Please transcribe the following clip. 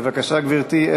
בבקשה, גברתי.